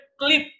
clip